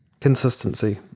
Consistency